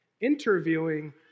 interviewing